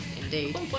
indeed